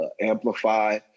amplify